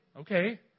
Okay